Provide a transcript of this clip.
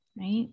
right